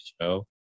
show